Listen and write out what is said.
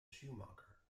schumacher